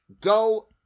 go